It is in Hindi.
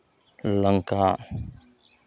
लंका